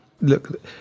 look